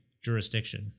jurisdiction